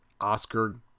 Oscar